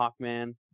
Hawkman